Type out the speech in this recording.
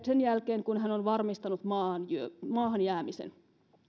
sen jälkeen kun hän on varmistanut maahan jäämisen